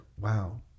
wow